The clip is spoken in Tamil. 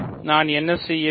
நான் என்ன செய்வேன்